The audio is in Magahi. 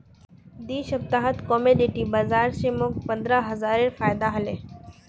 दी सप्ताहत कमोडिटी बाजार स मोक पंद्रह हजारेर फायदा हले